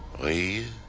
the